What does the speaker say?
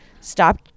stop